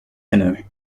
canoe